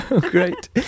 Great